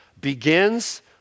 begins